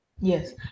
Yes